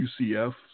ucf